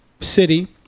city